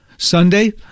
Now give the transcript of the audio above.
Sunday